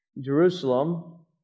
Jerusalem